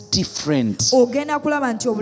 different